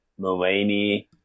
Mulaney